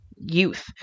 youth